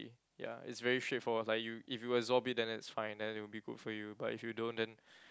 ya it's very straightforward like you if you absorb it then that's fine then it will be good for you but if you don't then